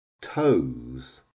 toes